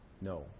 No